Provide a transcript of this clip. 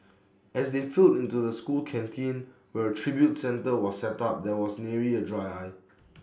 as they filled into the school canteen where A tribute centre was set up there was nary A dry eye